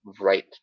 right